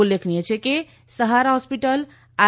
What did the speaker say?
ઉલ્લેખનીય છે કે સહારા હોસ્પિટલ આર